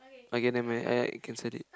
okay nevermind I I cancel it